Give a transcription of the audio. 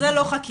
זה לא חקירה,